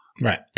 Right